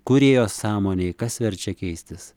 kūrėjo sąmonei kas verčia keistis